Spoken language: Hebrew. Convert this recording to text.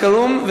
אלחרומי,